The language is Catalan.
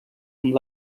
amb